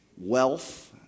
wealth